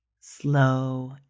slow